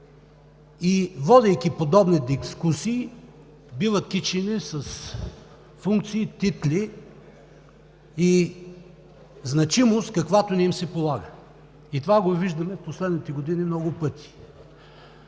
и водейки подобни дискусии биват кичени с функции, титли и значимост, каквато не им се полага. Това го виждаме в последните години много пъти.